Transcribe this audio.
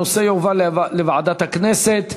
הנושא יועבר לוועדת הכנסת,